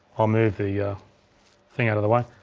i'll move the thing out of the way,